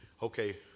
Okay